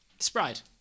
Sprite